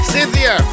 Cynthia